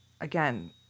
again